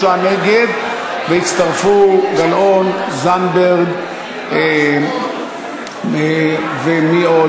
נגד, והצטרפו, גלאון, זנדברג, ומי עוד?